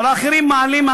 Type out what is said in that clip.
ועל האחרים מעלים.